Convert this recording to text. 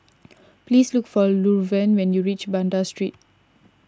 please look for Luverne when you reach Banda Street